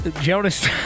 Jonas